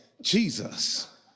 Jesus